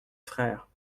frère